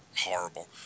horrible